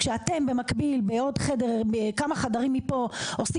כשאתם במקביל בעוד חדר כמה חדרים מפה עושים